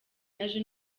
yaje